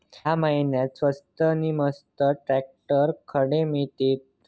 या महिन्याक स्वस्त नी मस्त ट्रॅक्टर खडे मिळतीत?